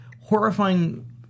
horrifying